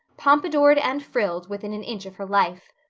pompadoured and frilled within an inch of her life.